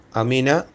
amina